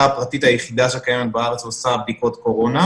הפרטית היחידה שקיימת בארץ ועושה בדיקות קורונה,